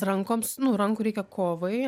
rankoms rankų reikia kovai